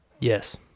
Yes